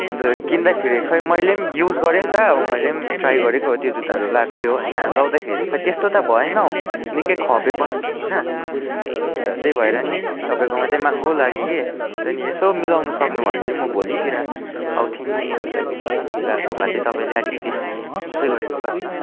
अन्त किन्दाखेरि खै मैले पनि युज गरेँ नि त मैले पनि ट्राई गरेको हो त्यो जुत्ताहरू लाएकै हो होइन लाउँदाखेरि खोइ त्यस्तो त भएन निकै खप्यो पनि होइन अन्त त्यहीँ भएर नि तपाईँकोमा चाहिँ महँगो लाग्यो कि अन्त नि यसो मिलाउनु सक्नुभयो भने चाहिँ म भोलितिर आउँथे नि भन्नु लागि नि मिलाएको भए चाहिँ तपाईँले अलिकति सस्तै गरेको भए